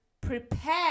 prepare